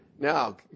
now